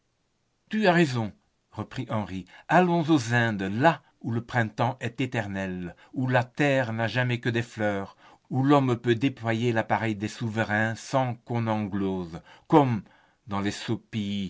tu as raison reprit henri allons aux indes là où le printemps est éternel où la terre n'a jamais que des fleurs où l'homme peut déployer l'appareil des souverains sans qu'on en glose comme dans les sots